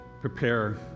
prepare